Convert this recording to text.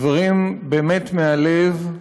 דברים באמת מהלב,